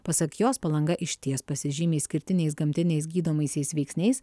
pasak jos palanga išties pasižymi išskirtiniais gamtiniais gydomaisiais veiksniais